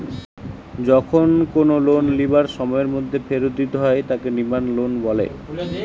যখন কোনো লোন লিবার সময়ের মধ্যে ফেরত দিতে হয় তাকে ডিমান্ড লোন বলে